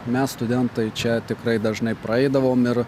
mes studentai čia tikrai dažnai praeidavom ir